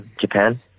Japan